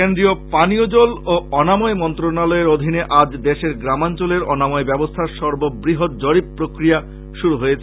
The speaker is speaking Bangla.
কেন্দ্রীয় পানীয় জল এবং অনাময় মন্ত্রনালয়ের অধীনে আজ দেশের গ্রামাঞ্চলের অনাময় ব্যবস্থার সর্ববৃহৎ জরীপ প্রক্রিয়া শুরু হয়েছে